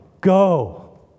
Go